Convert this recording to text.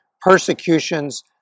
persecutions